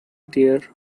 tear